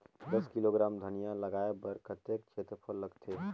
दस किलोग्राम धनिया लगाय बर कतेक क्षेत्रफल लगथे?